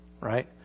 Right